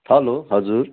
hello हजुर